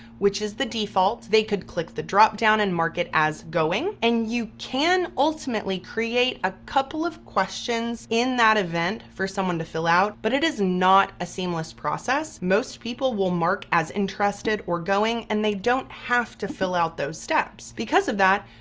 which is the default. they could click the dropdown and mark it as going, and you can ultimately create a couple of questions in that event for someone to fill out, but it is not a seamless process. most people will mark as interested or going, and they don't have to fill out those steps. because of that,